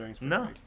No